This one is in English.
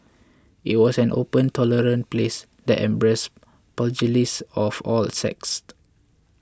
it was an open tolerant place that embraced pugilists of all the sects